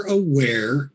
aware